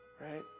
right